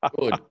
Good